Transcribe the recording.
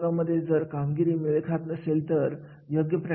विनाकारण कार्य करत बसण्या मध्ये वेळ आणि पैसा दोन्ही वाया जातात